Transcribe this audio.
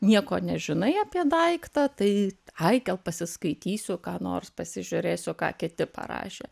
nieko nežinai apie daiktą tai ai gal pasiskaitysiu ką nors pasižiūrėsiu ką kiti parašė